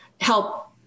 help